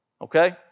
Okay